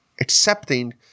accepting